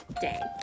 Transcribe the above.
day